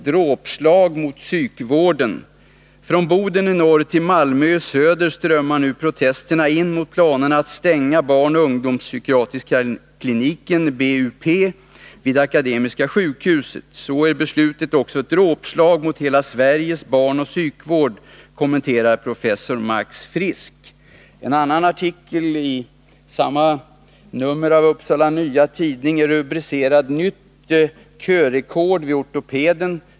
”Dråpslag mot psykvården.” Från Boden i norr till Malmö i söder strömmar nu protesterna in mot planerna att stänga barnoch ungdomspsykiatriska kliniken vid Akademiska sjukhuset. — Så är beslutet också ett dråpslag mot hela Sveriges barnpsykvård, kommenterar professor Max Frisk.” En annan artikel i samma nummer av Upsala Nya Tidning har rubriken: ”Nytt körekord vid ortopeden.